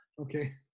okay